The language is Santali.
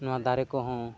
ᱱᱚᱟ ᱫᱟᱨᱮ ᱠᱚᱦᱚᱸ